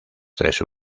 tres